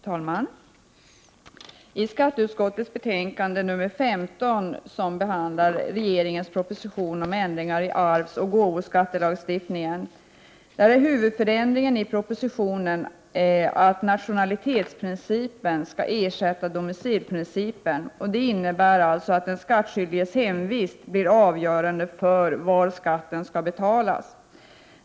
Fru talman! I skatteutskottets betänkande 15 behandlas regeringens proposition om ändringar i arvsoch gåvoskattelagstiftningen. Huvudförändringen i propositionen är att nationalitetsprincipen ersätts av domicilprincipen, vilket innebär att den skattskyldiges hemvist blir avgörande för var skatten skall betalas.